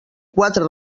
quatre